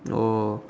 oh